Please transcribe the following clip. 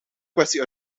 kwestie